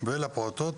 ולפעוטות,